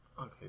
Okay